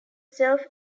self